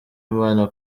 imana